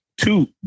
two